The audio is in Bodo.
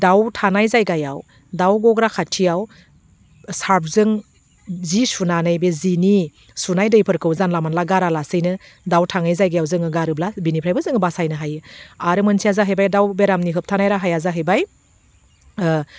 दाउ थानाय जायगायाव दाउ गग्रा खाथियाव सार्फजों जि सुनानै बे जिनि सुनाय दैफोरखौ जानला मोनला गारालासेनो दाउ थाङै जायगायाव जोङो गारोब्ला बेनिफ्रायबो जोङो बासायनो हायो आरो मोनसेया जाहैबाय दाउ बेरामनि होबथानाय राहाया जाहैबाय